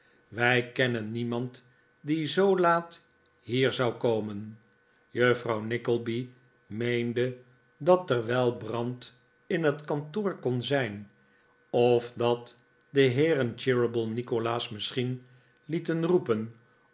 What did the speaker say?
wij kennen niemand die zoo laat hier zou komen juffrouw nickleby meende dat er wel brand in het kantoor kon zijn of dat de heeren cheeryble nikolaas misschien lieten roepen